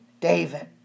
David